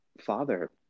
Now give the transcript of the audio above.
father